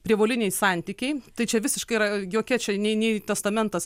prievoliniai santykiai tai čia visiškai yra jokia čia nei nei testamentas